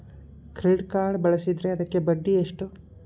Credit card ಬಳಸಿದ್ರೇ ಅದಕ್ಕ ಬಡ್ಡಿ ಎಷ್ಟು?